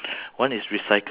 waste bin